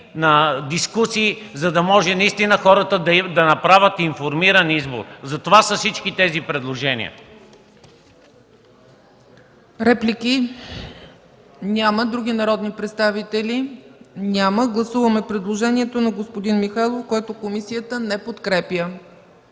на дискусии, за да може наистина хората да направят информиран избор. Затова са всички тези предложения.